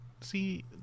see